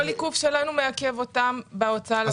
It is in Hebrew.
כל עיכוב שלנו מעכב אותם בהוצאה לפועל של הפרויקטים.